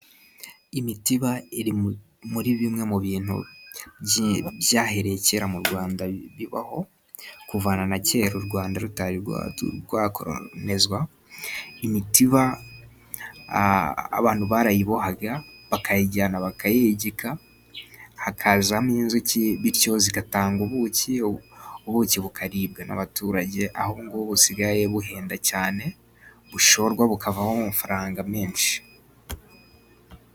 Imitiba iri muri bimwe mu bintu byahereye kera mu Rwanda bibaho kuva na na kera, U Rwanda rutari rwakoronizwa ,imitiba abantu barayibohaga bakayijyana bakayagika, hakazamo inzuki bityo zigatanga ubuki . Ubuki bukaribwa n'abaturage, aho busigaye buhenda cyane, bushorwa bukavaho amafaranga menshi.